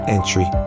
Entry